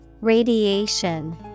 Radiation